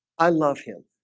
i love him.